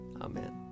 Amen